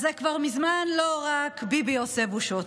אז זה כבר מזמן לא רק ביבי עושה בושות.